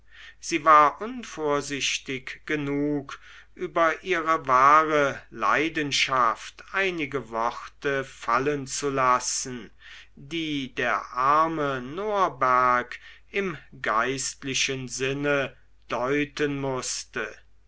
sie war unvorsichtig genug über ihre wahre leidenschaft einige worte fallen zu lassen die der arme norberg im geistlichen sinne deuten mußte